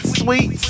sweet